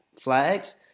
flags